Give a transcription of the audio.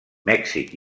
mèxic